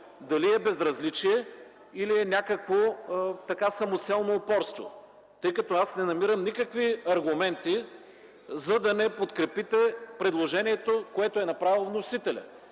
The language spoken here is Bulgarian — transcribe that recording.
дали е безразличие, или е някакво самоцелно упорство? Тъй като аз не намирам никакви аргументи, за да не подкрепите предложението, което е направил вносителят.